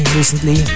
recently